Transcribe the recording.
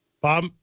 Bob